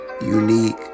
unique